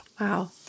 Wow